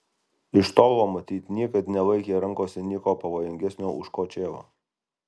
iš tolo matyt niekad nelaikė rankose nieko pavojingesnio už kočėlą